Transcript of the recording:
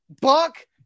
Buck